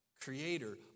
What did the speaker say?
Creator